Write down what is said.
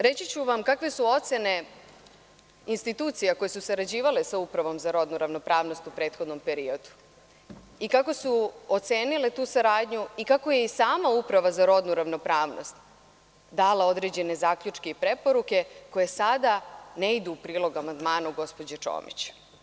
Reći ću vam kakve su ocene institucija koje su sarađivale sa Upravom za rodnu ravnopravnost u prethodnom periodu, kako su ocenile tu saradnju i kako je i sama Uprava za rodnu ravnopravnost dala određene zaključke i preporuke koje sada ne idu u prilog amandmanu gospođe Čomić.